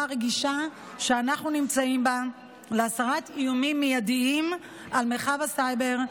הרגישה שאנחנו נמצאים בה להסרת איומים מיידיים על מרחב הסייבר,